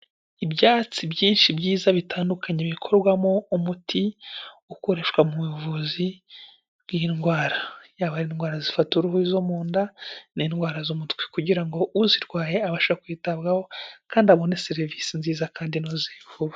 Ibyatsi byinshi byiza bitandukanye bikorwamo umuti ukoreshwa mu buvuzi bw'iyi ndwara yaba ari indwara zifata uruhu, izo mu nda n'indwara z'umutwe kugira ngo uzirwaye abashe kwitabwaho kandi abone serivisi nziza kandi inoze vuba.